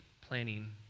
planning